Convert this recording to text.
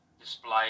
display